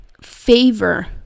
favor